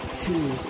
two